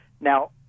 Now